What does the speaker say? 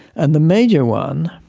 and the major one,